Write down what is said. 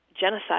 genocide